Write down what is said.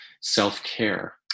self-care